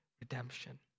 redemption